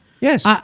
Yes